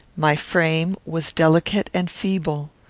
my frame was delicate and feeble.